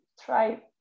try